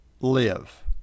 live